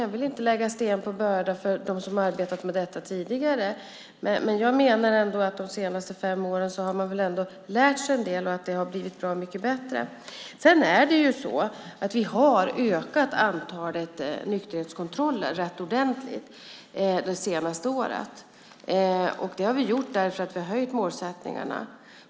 Jag vill inte lägga sten på börda för dem som har arbetat med detta tidigare, men jag menar ändå att man de senaste fem åren har lärt sig en del och att det har blivit bra mycket bättre. Sedan har vi faktiskt ökat antalet nykterhetskontroller rätt ordentligt det senaste året. Det har vi gjort därför att vi har höjt målsättningarna.